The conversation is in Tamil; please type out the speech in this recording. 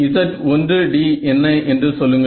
Z1d என்ன என்று சொல்லுங்கள்